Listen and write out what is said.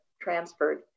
transferred